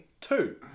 Two